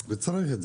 וצריך את זה.